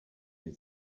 you